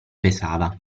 pesava